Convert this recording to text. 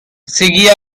seguía